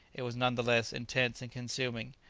it was none the less intense and consuming.